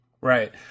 Right